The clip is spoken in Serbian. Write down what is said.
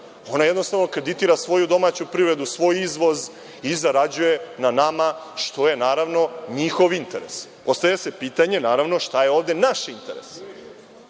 Ona jednostavno kreditira svoju domaću privredu, svoj izvoz i zarađuje na nama, što je naravno njihov interes. Postavlja se pitanje, naravno, šta je ovde naš interes?